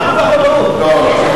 מה כל כך לא ברור?